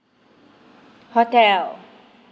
hotel